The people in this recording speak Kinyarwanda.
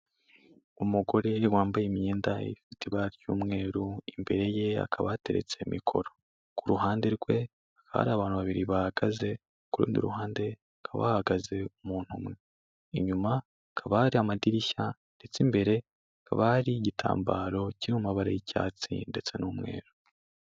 Umugore wambaye imyenda ifite ibara ry'umweru, imbere ye hakaba hateretse mikoro, ku ruhande rwe hari abantu babiri bahagaze, ku rundi ruhande hakaba hahagaze umuntu umwe, inyuma hakaba hari amadirishya ndetse imbere hakaba hari igitambaro kirimo amabara y'icyatsi ndetse n'umweru.